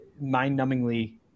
mind-numbingly